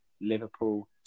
Liverpool